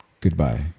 Goodbye